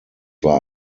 war